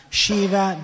Shiva